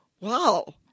Wow